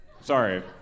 Sorry